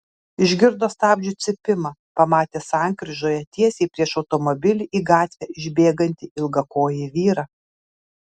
išgirdo stabdžių cypimą pamatė sankryžoje tiesiai prieš automobilį į gatvę išbėgantį ilgakojį vyrą